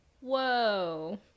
whoa